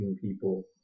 people